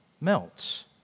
melts